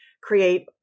create